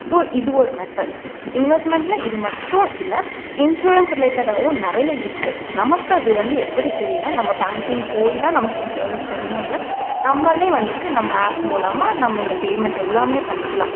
so இது ஒரு method இன்வெஸ்ட்மெண்ட்டில் இது மட்டும் இல்லை இன்ஷுரன்ஸ் ரிலேட்டடாகவும் நிறைய இருக்கு நமக்கு அது வந்து எப்படி தெரியுன்னா நம்ம பேங்கிங் போய் தான் நமக்கு இந்த சர்வீஸ் தெரியணுன்னு இல்லை நம்மளே வந்துவிட்டு நம்ம ஆப் மூலமாக நம்ம இந்த பேமண்ட் எல்லாமே பண்ணிக்கலாம்